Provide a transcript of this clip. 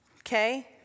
okay